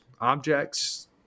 objects